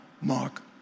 mark